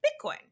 Bitcoin